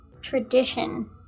tradition